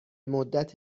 مدت